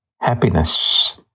happiness